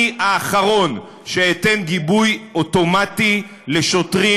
אני האחרון שאתן גיבוי אוטומטי לשוטרים